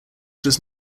does